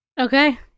Okay